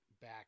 back